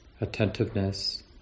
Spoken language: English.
attentiveness